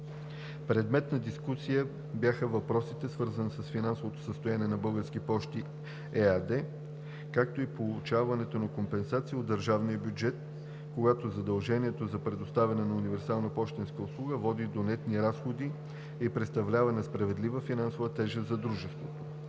Предмет на дискусия бяха въпросите, свързани с финансовото състояние на „Български пощи“ ЕАД, както и получаването на компенсация от държавния бюджет, когато задължението за предоставяне на УПУ води до нетни разходи и представлява несправедлива финансова тежест за дружеството.